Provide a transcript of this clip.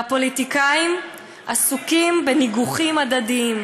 והפוליטיקאים עסוקים בניגוחים הדדיים,